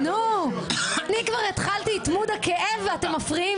אמרתי משפט אחד